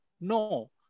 No